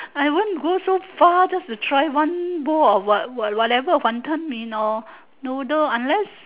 I won't go so far just to try one bowl of what whatever wanton-mee no I wouldn't unless